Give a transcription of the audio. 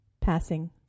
Passing